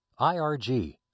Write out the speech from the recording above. IRG